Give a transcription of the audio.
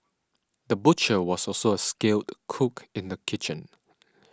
the butcher was also a skilled cook in the kitchen